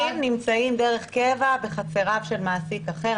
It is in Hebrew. נמצאים דרך קבע בחצריו של מעסיק אחר,